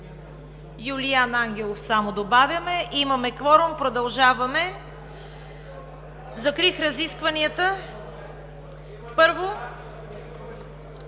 Юлиан Ангелова само добавяме. Имаме кворум – продължаваме. Закрих разискванията. (Народният